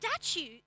statue